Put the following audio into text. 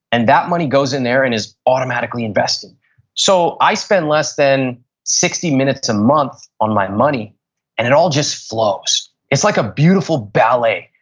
and that money goes in there and is automatically invested so, i spend less than sixty minutes a month on my money and it all just flows. it's like a beautiful ballet.